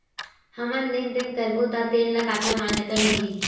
हमन लेन देन करबो त तेन ल काखर मान्यता मिलही?